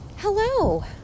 Hello